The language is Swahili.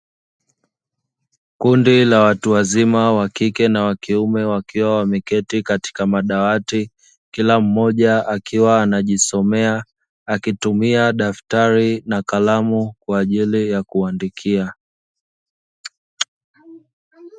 Kundi la watu wazima wa kike na wa kiume, wakiwa wameketi katika madawati kila mmoja akiwa anajisomea akitumia daftari na kalamu kwa ajili ya kuandikia.